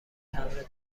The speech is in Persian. تمبر